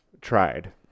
tried